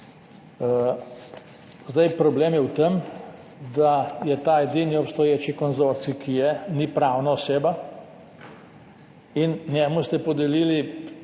Problem je v tem, da je ta edini obstoječi konzorcij, ki je ni pravna oseba in njemu ste podelili